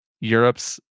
Europe's